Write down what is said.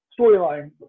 storyline